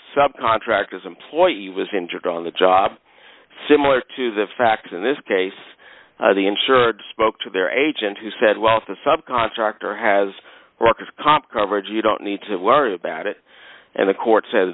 sub contractors employee was injured on the job similar to the facts in this case the insured spoke to their agent who said well if the sub contractor has worker's comp coverage you don't need to worry about it and the court sa